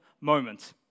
moment